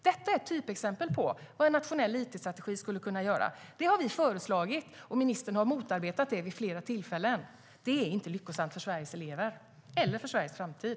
Detta är ett typexempel på vad en nationell it-strategi skulle kunna göra. Det har vi föreslagit, men ministern har motarbetat det vid flera tillfällen. Det är inte lyckosamt för Sveriges elever eller för Sveriges framtid.